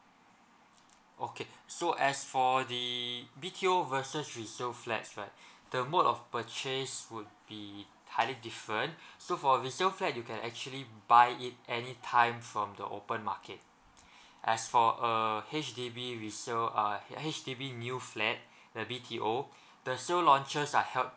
okay so as for the B_T_O versus resale flats right the mode of purchase would be highly different so for resale flat you can actually buy it anytime from the open market as for uh H_D_B resale uh H_D_B new flat the B_T_O the sale launchers are help